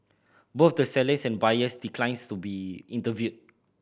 both the sellers and buyers declines to be interviewed